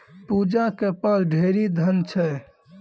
पूजा के पास ढेरी धन छै